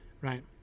right